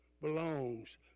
belongs